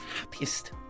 happiest